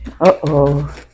Uh-oh